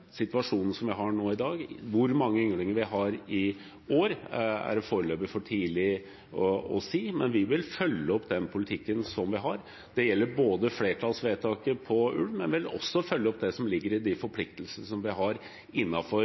situasjonen vi har nå i dag. Hvor mange ynglinger vi har i år, er foreløpig for tidlig å si. Men vi vil følge opp politikken vi har når det gjelder flertallsvedtaket på ulv, og vi vil følge opp det som ligger i de forpliktelsene vi har